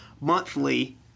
monthly